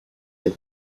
lake